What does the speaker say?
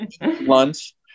lunch